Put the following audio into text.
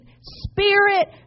Spirit